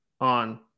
on